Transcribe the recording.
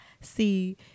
see